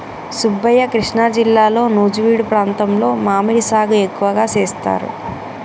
సుబ్బయ్య కృష్ణా జిల్లాలో నుజివీడు ప్రాంతంలో మామిడి సాగు ఎక్కువగా సేస్తారు